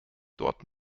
dort